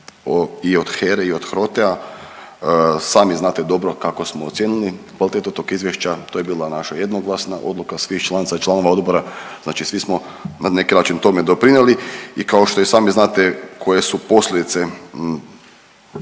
i od HERE i od HROTE-a. Sami znate dobro kako smo ocijenili kvalitetu tog izvješća. To je bila naša jednoglasna odluka svih članica i članova odbora. Znači svi smo ne neki način tome doprinijeli i kao što i sami znate koje su posljedice